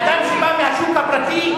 אדם שבא מהשוק הפרטי,